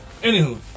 Anywho